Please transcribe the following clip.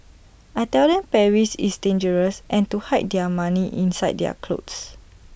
I tell them Paris is dangerous and to hide their money inside their clothes